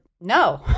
no